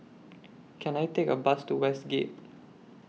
Can I Take A Bus to Westgate